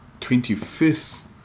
25th